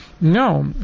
No